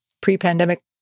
pre-pandemic